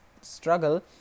struggle